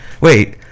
Wait